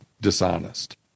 dishonest